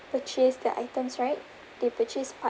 purchase the items right they purchase parts